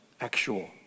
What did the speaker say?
actual